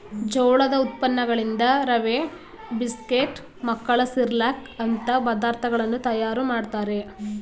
ಜೋಳದ ಉತ್ಪನ್ನಗಳಿಂದ ರವೆ, ಬಿಸ್ಕೆಟ್, ಮಕ್ಕಳ ಸಿರ್ಲಕ್ ಅಂತ ಪದಾರ್ಥಗಳನ್ನು ತಯಾರು ಮಾಡ್ತರೆ